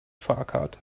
fahrkarte